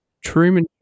Truman